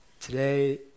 today